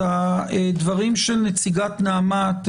אז הדברים של נציגת נעמ"ת,